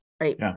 right